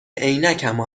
عینکمو